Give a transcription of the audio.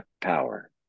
power